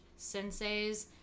senseis